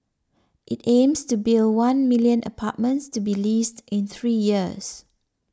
it aims to build one million apartments to be leased in three years